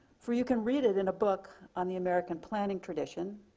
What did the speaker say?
for you can read it in a book on the american planning tradition.